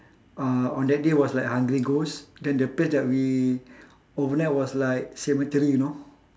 uh on that day was like hungry ghost then the place that we overnight was like cemetery you know